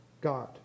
God